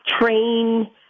Train